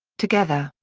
together,